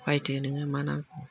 बायदो नोङो मा नांगौ